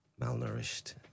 malnourished